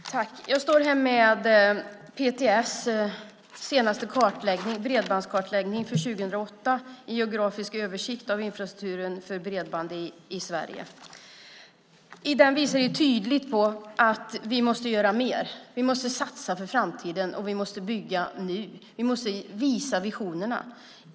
Herr talman! Jag står här med PTS senaste kartläggning, Bredbandskartläggning 2008 - en geografisk översikt av infrastrukturen för bredband i Sverige . Den visar tydligt att vi måste göra mer. Vi måste satsa för framtiden, och vi måste bygga nu. Vi måste visa visionerna.